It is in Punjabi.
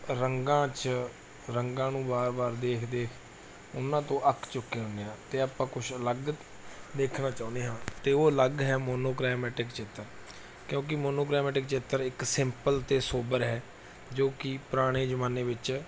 ਰੰਗਾਂ 'ਚ ਰੰਗਾਂ ਨੂੰ ਬਾਰ ਬਾਰ ਦੇਖਦੇ ਉਹਨਾਂ ਤੋਂ ਅੱਕ ਚੁੱਕੇ ਹੁੰਦੇ ਹਾਂ ਅਤੇ ਆਪਾਂ ਕੁਝ ਅਲੱਗ ਦੇਖਣਾ ਚਾਹੁੰਦੇ ਹਾਂ ਅਤੇ ਉਹ ਅਲੱਗ ਹੈ ਮੋਨੋਕ੍ਰੋਮੈਟਿਕ ਚਿੱਤਰ ਕਿਉਂਕਿ ਮੋਨੋਕ੍ਰੋਮੈਟਿਕ ਚਿੱਤਰ ਇੱਕ ਸਿੰਪਲ ਅਤੇ ਸੋਬਰ ਹੈ ਜੋ ਕਿ ਪੁਰਾਣੇ ਜ਼ਮਾਨੇ ਵਿੱਚ